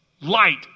light